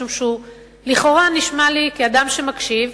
משום שהוא לכאורה נשמע לי כאדם שמקשיב,